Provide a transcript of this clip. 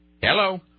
Hello